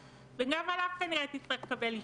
וגם עליו, כנראה, תצטרך לקבל אישור.